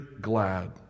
glad